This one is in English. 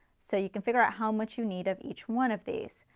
so you can figure out how much you need of each one of these,